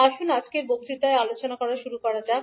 আসুন আজকের বক্তৃতার আলোচনা শুরু করুন